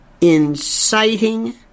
inciting